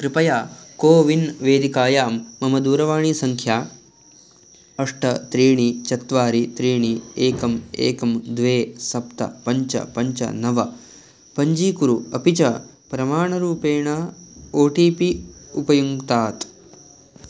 कृपया कोविन् वेदिकायां मम दूरवाणीसङ्ख्या अष्ट त्रीणि चत्वारि त्रीणि एकम् एकं द्वे सप्त पञ्च पञ्च नव पञ्जीकुरु अपि च प्रमाणरूपेण ओ टि पि उपयुङ्क्तात्